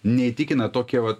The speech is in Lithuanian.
neįtikina tokie vat